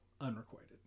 unrequited